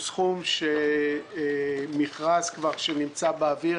הוא סכום מכרז כבר שנמצא באוויר,